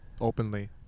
openly